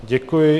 Děkuji.